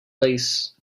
lace